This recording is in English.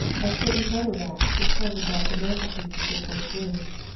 of certain letter-racks which hung above the mantelpieces in both rooms,